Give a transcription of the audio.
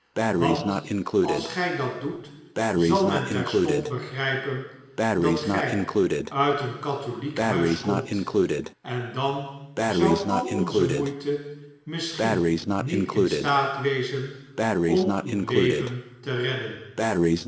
want ids gij dat doet zal men terstond begrijpen dat gij mt een katholiek huis komt en dan zou alonze moeite misschien met in staat wezen om uw leven te redden